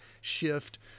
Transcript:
Shift